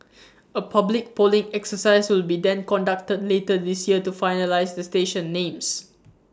A public polling exercise will be then conducted later this year to finalise the station names